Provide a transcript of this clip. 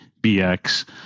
BX